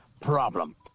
problem